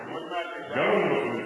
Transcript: עוד מעט נדע.